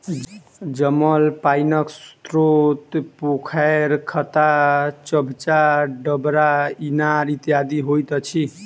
जमल पाइनक स्रोत पोखैर, खत्ता, चभच्चा, डबरा, इनार इत्यादि होइत अछि